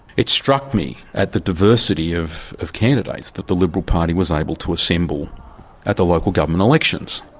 it struck me at the diversity of of candidates that the liberal party was able to assemble at the local government elections.